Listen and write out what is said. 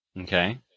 Okay